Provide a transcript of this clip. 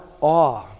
awe